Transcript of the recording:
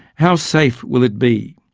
how safe will it be?